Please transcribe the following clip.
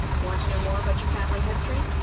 want to know more about your family history?